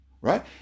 right